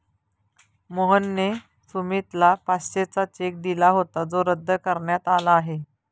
मोहनने सुमितला पाचशेचा चेक दिला होता जो रद्द करण्यात आला आहे